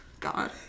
god